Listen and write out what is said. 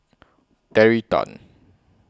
Terry Tan